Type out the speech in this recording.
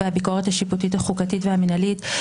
בית המשפט הותיר בצריך עיון את השאלה מה יקרה כשיבוא מה